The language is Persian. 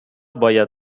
باید